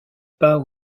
pas